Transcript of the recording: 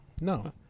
no